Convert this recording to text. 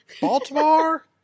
Baltimore